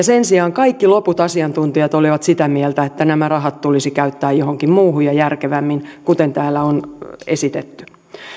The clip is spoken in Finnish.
sen sijaan kaikki loput asiantuntijat olivat sitä mieltä että nämä rahat tulisi käyttää johonkin muuhun ja järkevämmin kuten täällä on esitetty